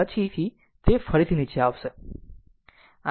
પછી તે ફરીથી નીચે આવશે